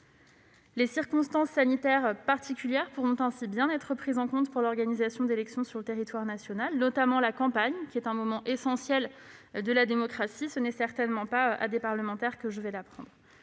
Les circonstances sanitaires particulières pourront ainsi être prises en compte pour l'organisation d'élections sur le territoire national, en particulier de la campagne électorale, moment essentiel de la démocratie- ce n'est certainement pas à des parlementaires que je l'apprendrai.